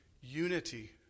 unity